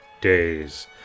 days